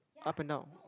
up and down